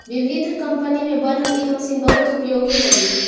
विभिन्न कम्पनी में बनल इ मशीन बहुत उपयोगी हई